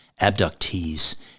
abductees